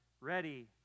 ready